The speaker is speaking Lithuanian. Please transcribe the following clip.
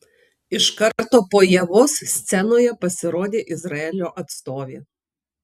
iš karto po ievos scenoje pasirodė izraelio atstovė